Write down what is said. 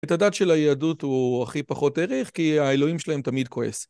את הדת של היהדות הוא הכי פחות העריך כי האלוהים שלהם תמיד כועס.